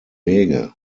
wege